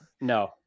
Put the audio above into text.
No